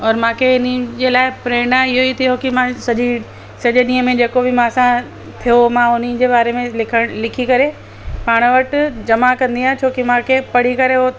औरि मूंखे हिन जे लाइ प्रेरणा इहो ई थियो की मां सॼी सॼे ॾींहं में जेको बि मां सां थियो मां उन जे बारे में लिखण लिखी करे पाण वट जमा कंदी आहियां छोकी मूंखे पढ़ी करे उहो